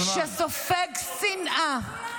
-- שסופג שנאה,